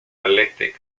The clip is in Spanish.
athletic